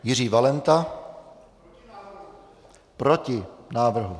Jiří Valenta: Proti návrhu.